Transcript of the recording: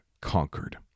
conquered